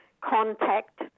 contact